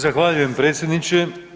Zahvaljujem, predsjedniče.